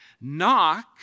Knock